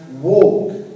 walk